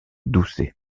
doucet